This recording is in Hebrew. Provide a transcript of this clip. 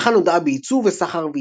הממלכה נודעה בייצוא ובסחר,